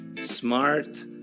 smart